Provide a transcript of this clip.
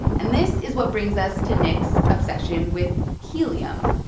and this is what brings us to nick's obsession with helium.